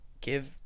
give